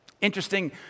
Interesting